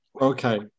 Okay